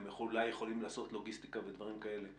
הם אולי יכולים לעשות לוגיסטיקה ודברים כאלה.